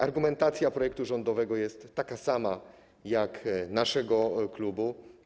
Argumentacja projektu rządowego jest taka sama jak naszego klubu.